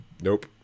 Nope